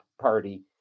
party